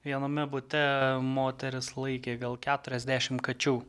viename bute moteris laikė gal keturiasdešimt kačių